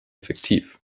effektiv